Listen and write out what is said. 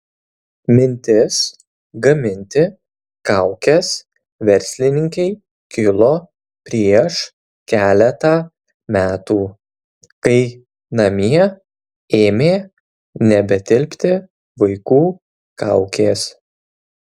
mintis gaminti kaukes verslininkei kilo prieš keletą metų kai namie ėmė nebetilpti vaikų kaukės